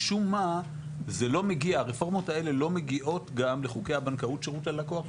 משום מה הרפורמות האלו לא מגיעות גם לחוקי הבנקאות שירות ללקוח,